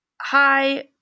hi